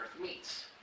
meets